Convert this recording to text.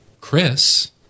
Chris